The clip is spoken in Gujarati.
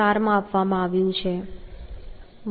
4 માં આપવામાં આવ્યું છે